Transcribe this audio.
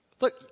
Look